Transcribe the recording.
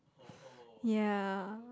yeah